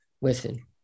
listen